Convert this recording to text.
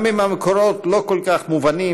גם אם המקורות לא כל כך מובנים,